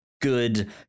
good